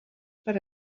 per